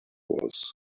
was